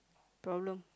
problem